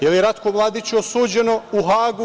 Da li je Ratku Mladiću suđeno u Hagu…